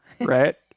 right